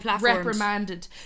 reprimanded